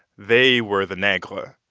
they were the negre.